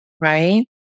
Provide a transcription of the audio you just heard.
right